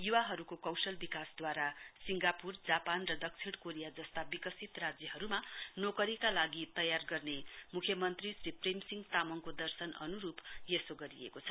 युवाहरू कौशल विकासद्वारा सिंगापूर जापान र दक्षिण कोरियाजस्ता विकसित राज्यहरूमा नोकरीका लागि तयार गर्ने मुख्यमन्त्री श्री प्रेमसिंह तामाङको दर्षन अनुरूप यसो गरिएको छ